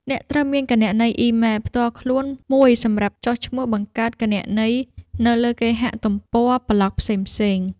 អ្នកត្រូវមានគណនីអ៊ីមែល ផ្ទាល់ខ្លួនមួយសម្រាប់ចុះឈ្មោះបង្កើតគណនីនៅលើគេហទំព័រប្លក់ផ្សេងៗ។